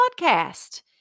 podcast